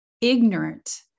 ignorant